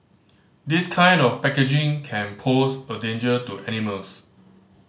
this kind of packaging can pose a danger to animals